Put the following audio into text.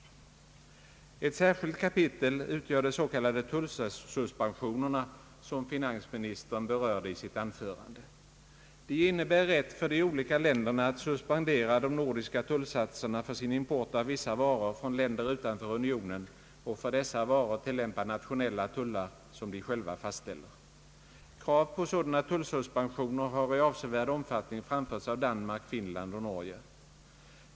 Ett särskilt kapitel utgör des.k. tullsuspensionerna, som finansministern berörde i sitt anförande. De innebär rätt för de olika länderna att suspendera de nordiska tullsatserna för sin import av vissa varor från länder utanför unionen och för dessa varor tillämpa nationella tullar som de själva fastställer. Krav på sådana tullsuspensioner har i avsevärd omfattning framförts av Danmark, Finland och Norge.